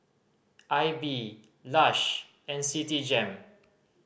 Aibi Lush and Citigem